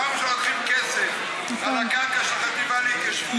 פעם ראשונה לוקחים כסף על הקרקע של החטיבה להתיישבות,